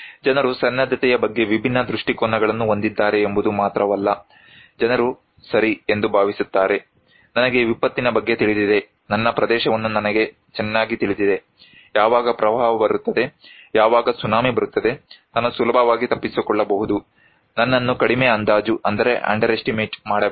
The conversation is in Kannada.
ಜನರು ಸನ್ನದ್ಧತೆಯ ಬಗ್ಗೆ ವಿಭಿನ್ನ ದೃಷ್ಟಿಕೋನಗಳನ್ನು ಹೊಂದಿದ್ದಾರೆ ಎಂಬುದು ಮಾತ್ರವಲ್ಲ ಜನರು ಸರಿ ಎಂದು ಭಾವಿಸುತ್ತಾರೆ ನನಗೆ ವಿಪತ್ತಿನ ಬಗ್ಗೆ ತಿಳಿದಿದೆ ನನ್ನ ಪ್ರದೇಶವನ್ನು ನನಗೆ ಚೆನ್ನಾಗಿ ತಿಳಿದಿದೆ ಯಾವಾಗ ಪ್ರವಾಹ ಬರುತ್ತದೆ ಯಾವಾಗ ಸುನಾಮಿ ಬರುತ್ತದೆ ನಾನು ಸುಲಭವಾಗಿ ತಪ್ಪಿಸಿಕೊಳ್ಳಬಹುದು ನನ್ನನ್ನು ಕಡಿಮೆ ಅಂದಾಜು ಮಾಡಬೇಡಿ